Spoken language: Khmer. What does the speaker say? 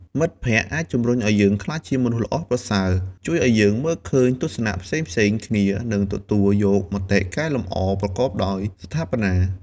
មិត្តភក្តិអាចជំរុញឱ្យយើងក្លាយជាមនុស្សល្អប្រសើរ ជួយឱ្យយើងមើលឃើញទស្សនៈផ្សេងៗគ្នា និងទទួលយកមតិកែលម្អប្រកបដោយស្ថាបនា។